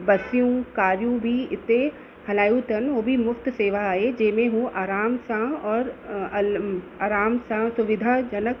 बसूं कारूं बि हिते हलायूं अथनि उहो बि मुफ़्त सेवा आहे जंहिं में हू आराम सां और अलम आराम सां सुविधाजनक